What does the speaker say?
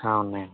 ఉన్నాయండి